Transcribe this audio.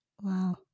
Wow